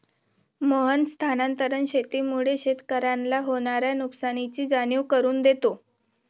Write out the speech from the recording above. मोहन स्थानांतरण शेतीमुळे शेतकऱ्याला होणार्या नुकसानीची जाणीव करून देतो